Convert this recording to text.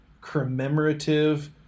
commemorative